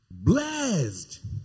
Blessed